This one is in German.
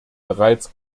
bereits